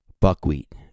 buckwheat